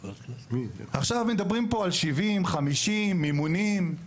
עכשיו מדברים פה על 70, 50, מימונים?